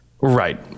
Right